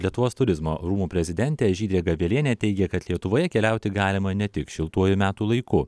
lietuvos turizmo rūmų prezidentė žydrė gavelienė teigia kad lietuvoje keliauti galima ne tik šiltuoju metų laiku